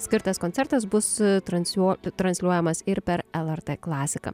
skirtas koncertas bus transliuo transliuojamas ir per lrt klasika